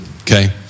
okay